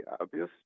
obvious